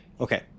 okay